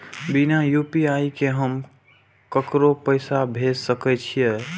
बिना यू.पी.आई के हम ककरो पैसा भेज सके छिए?